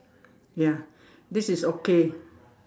ya this is okay